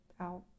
out